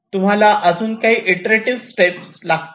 तुम्हाला अजून काही इंटरेटिव्ह स्टेप लागतील